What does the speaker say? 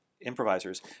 improvisers